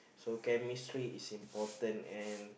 so chemistry is important and